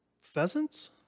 Pheasants